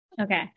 Okay